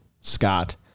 Scott